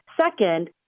Second